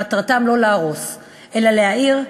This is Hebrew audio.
מטרתם לא להרוס אלא להעיר,